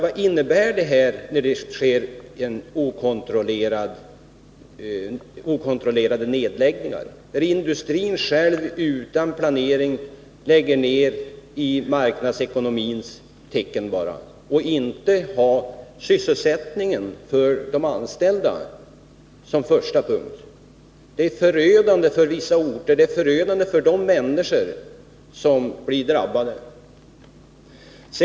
Vad innebär det nämligen när det sker okontrollerade nedläggningar? Industrin själv gör utan planering nedläggningar i marknadsekonomins tecken utan att ha sysselsättningen för de anställda som första punkt. Det är förödande för vissa orter, och det är förödande för de människor som blir drabbade.